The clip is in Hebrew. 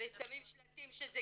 ושמים שלטים שזה